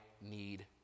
need